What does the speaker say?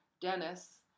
Dennis